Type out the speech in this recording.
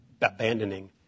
abandoning